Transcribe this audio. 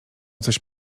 coś